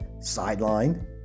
sideline